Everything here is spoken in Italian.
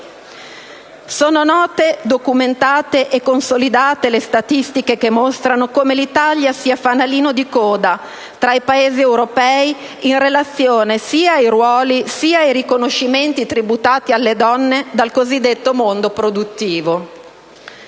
Sono note, documentate e consolidate le statistiche che mostrano che l'Italia è fanalino di coda tra i Paesi europei, in relazione sia ai ruoli sia ai riconoscimenti tributati alle donne dal cosiddetto mondo produttivo.